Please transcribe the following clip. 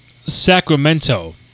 Sacramento